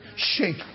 shake